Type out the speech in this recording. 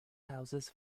houses